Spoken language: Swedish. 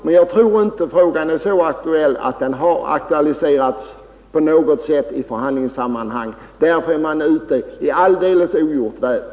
Men jag tror inte att frågan är så aktuell att den har aktualiserats på något sätt i förhandlingssammanhang. Därför är det alldeles klart att man är ute i ogjort väder.